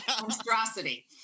monstrosity